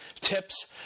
tips